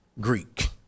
Greek